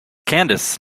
candice